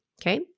Okay